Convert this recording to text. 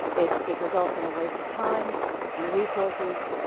it it results in a waste of time and resources.